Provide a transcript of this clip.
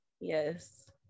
Yes